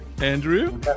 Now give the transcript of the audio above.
Andrew